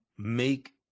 Make